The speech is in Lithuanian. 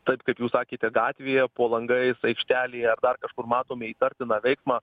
tad kaip jūs sakėte gatvėje po langais aikštelėje dar kažkur matome įtartiną veiksmą